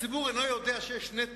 הציבור אינו יודע שיש נתק,